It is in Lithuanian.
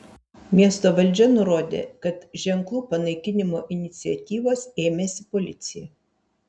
miesto valdžia nurodė kad ženklų panaikinimo iniciatyvos ėmėsi policija